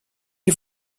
est